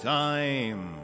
time